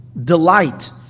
delight